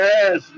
Yes